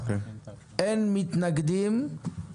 1 הצעת חוק התקשורת (בזק ושידורים) (תיקון